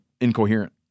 incoherent